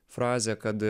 frazę kad